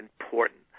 important